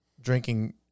drinking